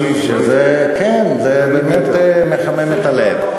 כן, זה באמת מחמם את הלב.